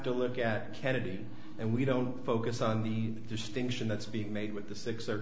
to look at kennedy and we don't focus on the distinction that's being made with the six or